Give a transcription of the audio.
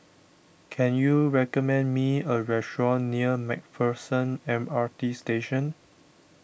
can you recommend me a restaurant near MacPherson M R T Station